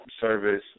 service